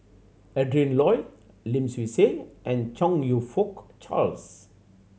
Adrin Loi Lim Swee Say and Chong You Fook Charles